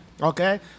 Okay